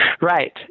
Right